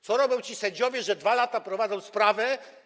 Co robią ci sędziowie, że 2 lata prowadzą sprawę?